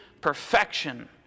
perfection